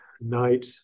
night